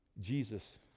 Jesus